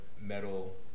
metal